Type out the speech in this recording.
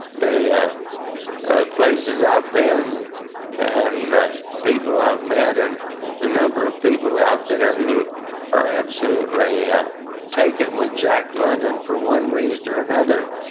the yeah ah places i've been and the people i've met, and the number of people out there who are absolutely ah taken with jack london for one reason or another,